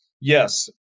yes